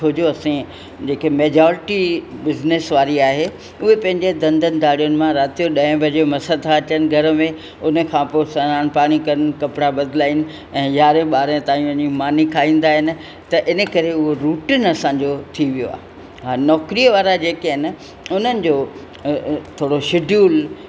छोजो असां जेके मेजोरिटी बिज़िनिस वारी आहे उहे पंहिंजे धंधनि धाड़ियुनि मां राति जो ॾह बजे मस था अचनि घर में उन खां पोइ सनान पाणी कन कपिड़ा बदिलाइनि ऐं यारें ॿारें ताईं वञी मानी खाईंदा आहिनि त इन करे उहो रूटीन असांजो थी वियो आ हा नौकरीअ वारा जेके आहिनि उन्हनि जो थोरो शिड्यूल